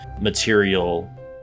material